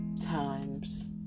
times